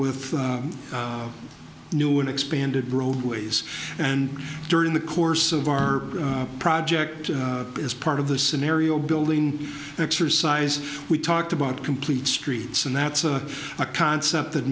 with new and expanded roadways and during the course of our project as part of the scenario building exercise we talked about complete streets and that's a concept that